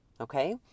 okay